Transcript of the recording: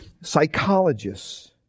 psychologists